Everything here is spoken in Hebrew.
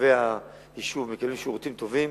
תושבי היישוב מקבלים שירותים טובים,